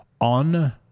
on